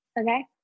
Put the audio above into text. okay